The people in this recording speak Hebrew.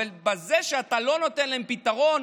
אבל בזה שאתה לא נותן להם פתרון,